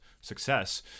success